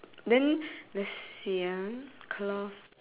then anything else special like your that barn house is it